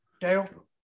Dale